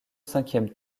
cinquième